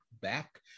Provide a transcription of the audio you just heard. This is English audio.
back